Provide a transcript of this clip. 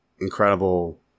incredible